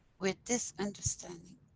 with this understanding.